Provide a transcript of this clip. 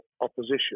opposition